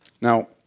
Now